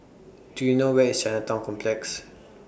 Do YOU know Where IS Chinatown Complex